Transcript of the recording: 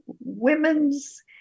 women's